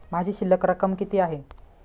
माझी शिल्लक रक्कम किती आहे?